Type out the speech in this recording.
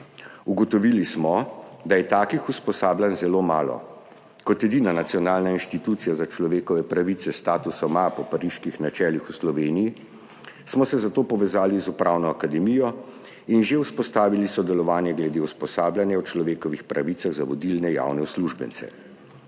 Ugotovili smo, da je takih usposabljanj zelo malo. Kot edina nacionalna institucija za človekove pravice s statusom A po Pariških načelih v Sloveniji smo se zato povezali z Upravno akademijo in že vzpostavili sodelovanje glede usposabljanja o človekovih pravicah za vodilne javne uslužbence.